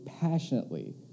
passionately